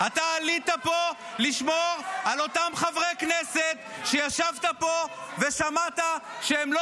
אתה עלית פה לשמור על אותם חברי כנסת שישבת פה ושמעת שהם לא